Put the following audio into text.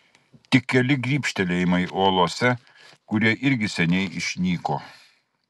tik keli grybštelėjimai uolose kurie irgi seniai išnyko